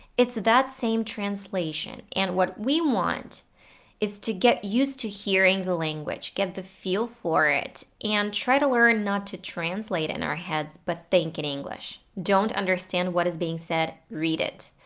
it's that same translation and what we want is to get used to hearing the language, get the feel for it and try to learn not to translate in our heads but think in english. don't understand what is being said? read it.